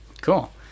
cool